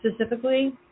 specifically